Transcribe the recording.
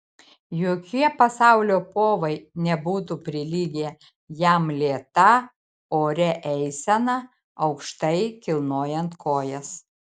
jokie pasaulio povai nebūtų prilygę jam lėta oria eisena aukštai kilnojant kojas